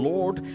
Lord